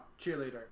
cheerleader